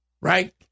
right